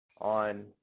on